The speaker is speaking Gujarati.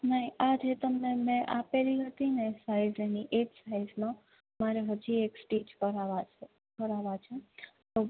નહીં આ જે તમને મેં આપેલી હતીને સાઈજ એની એ સાઈજનો મારે હજી એક સ્ટીચ કરાવા કરાવવા છે તો